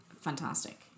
fantastic